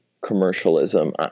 commercialism